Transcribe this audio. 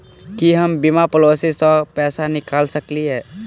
की हम बीमा पॉलिसी सऽ पैसा निकाल सकलिये?